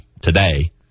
today